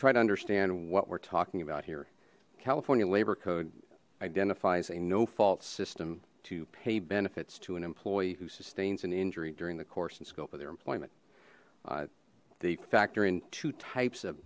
try to understand what we're talking about here california labor code identifies a no fault system to pay benefits to an employee who sustains an injury during the course and scope of their employment the factor in two types of